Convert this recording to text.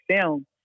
film